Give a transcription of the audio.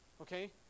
Okay